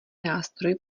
nástroj